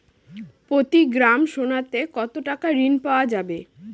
প্রতি গ্রাম সোনাতে কত টাকা ঋণ পাওয়া যাবে?